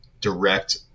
direct